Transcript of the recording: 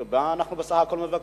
כי מה אנחנו בסך הכול מבקשים?